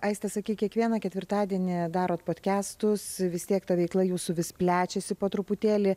aiste sakyk kiekvieną ketvirtadienį darot podkestus vis tiek ta veikla jūsų vis plečiasi po truputėlį